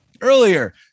earlier